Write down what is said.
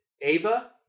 Ava